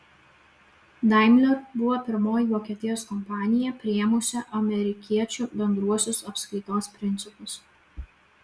daimler buvo pirmoji vokietijos kompanija priėmusi amerikiečių bendruosius apskaitos principus